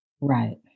right